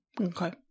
Okay